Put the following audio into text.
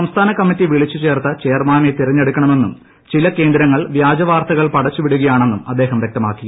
സംസ്ഥാന കമ്മിറ്റി വിളിച്ചുചേർത്ത് ചെയർമാനെ തിരഞ്ഞെടുക്കണ്ഠമെന്നും ചില കേന്ദ്രങ്ങൾ വ്യാജ വാർത്തകൾ പടച്ചുവിടുകയിിണ്ണും അദ്ദേഹം വ്യക്തമാക്കി